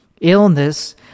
illness